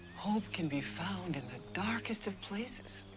hope can be found in the darkest of places.